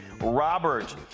Robert